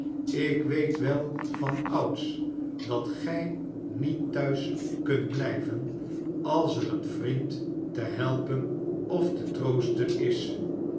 ik weet wel vanouds dat gij niet thuis kunt blijven als er een vriend te helpen of te troosten is